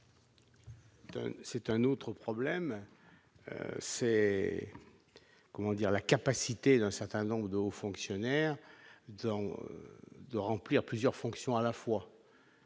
C'est un autre problème c'est, comment dire, la capacité d'un certain nombre de hauts fonctionnaires, donc de remplir plusieurs fonctions, à la fois.